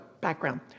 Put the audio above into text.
background